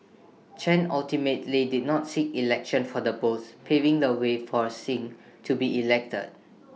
Chen ultimately did not seek election for the post paving the way for Singh to be elected